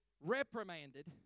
reprimanded